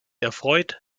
erfreut